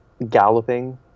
Galloping